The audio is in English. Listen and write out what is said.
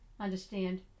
Understand